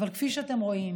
אבל כפי שאתם רואים,